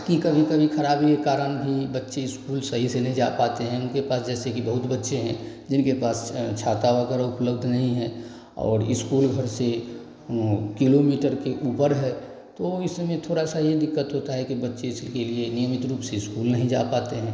की कभी कभी ख़राबी के कारण भी बच्चे स्कूल सही से नहीं जा पाते हैं उनके पास जैसे कि बहुत बच्चे हैं जिनके पास छाता वगैरह भी नहीं उपलब्ध है और स्कूल घर से किलोमीटर के ऊपर है तो इसमें थोड़ा से यह दिक्कत होता है कि बच्चे इस के लिए नियमित रूप से स्कूल नहीं जा पाते